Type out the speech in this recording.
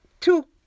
two